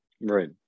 Right